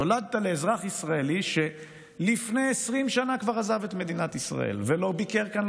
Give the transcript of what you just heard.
נולדת לאזרח ישראלי שלפני 20 שנה כבר עזב את מדינת ישראל ולא ביקר כאן,